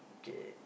okay